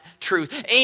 truth